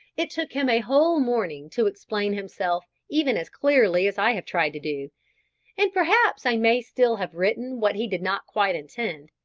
it took him a whole morning to explain himself even as clearly as i have tried to do and perhaps i may still have written what he did not quite intend,